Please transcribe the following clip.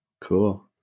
Cool